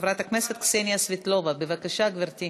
חברת הכנסת קסניה סבטלובה, בבקשה, גברתי.